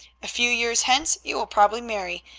a few years hence you will probably marry.